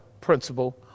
principle